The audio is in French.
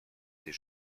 des